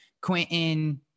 Quentin